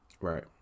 Right